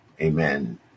Amen